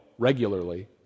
regularly